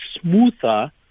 smoother